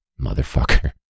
motherfucker